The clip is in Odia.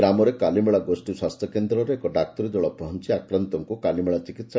ଗ୍ରାମରେ କାଲିମେଳା ଗୋଷୀ ସ୍ୱାସ୍ଥ୍ୟ କେନ୍ଦର ଏକ ଡାକ୍ତରୀ ଦଳ ପହଂଚି ଆକ୍ରାନ୍ତଙ୍କୁ କାଲିମେଳା ଚିକିସ୍